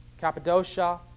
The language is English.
Cappadocia